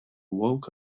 walk